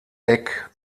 eck